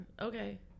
Okay